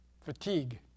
Fatigue